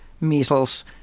measles